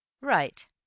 Right